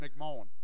McMullen